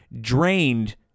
drained